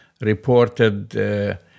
reported